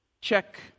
Check